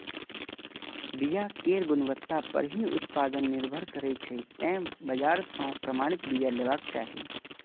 बिया केर गुणवत्ता पर ही उत्पादन निर्भर करै छै, तें बाजार सं प्रमाणित बिया लेबाक चाही